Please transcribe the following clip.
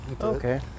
Okay